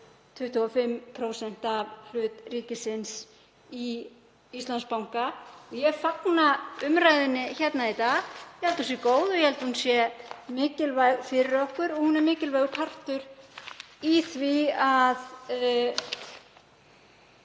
25% hlut ríkisins í Íslandsbanka. Ég fagna umræðunni hér í dag, ég held að hún sé góð og ég held að hún sé mikilvæg fyrir okkur. Hún er mikilvægur partur af því að